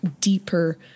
deeper